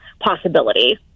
possibilities